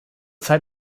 zeit